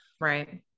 Right